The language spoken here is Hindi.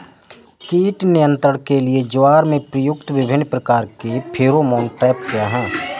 कीट नियंत्रण के लिए ज्वार में प्रयुक्त विभिन्न प्रकार के फेरोमोन ट्रैप क्या है?